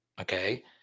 okay